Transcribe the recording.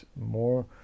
more